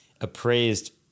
appraised